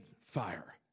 fire